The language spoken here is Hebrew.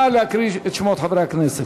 נא להקריא את שמות חברי הכנסת.